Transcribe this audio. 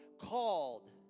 called